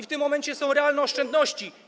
W tym momencie są realne oszczędności.